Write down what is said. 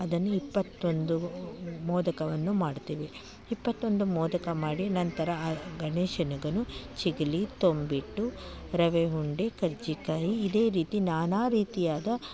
ಅದನ್ನು ಇಪ್ಪತ್ತೊಂದು ಮೋದಕವನ್ನು ಮಾಡುತ್ತೀವಿ ಇಪ್ಪತ್ತೊಂದು ಮೋದಕ ಮಾಡಿ ನಂತರ ಆ ಗಣೇಶನಿಗು ಚಿಗಲಿ ತಂಬಿಟ್ಟು ರವೆ ಉಂಡೆ ಕರ್ಜಿಕಾಯಿ ಇದೆ ರೀತಿ ನಾನಾ ರೀತಿಯಾದ